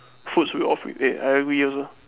food should be all free eh I agree also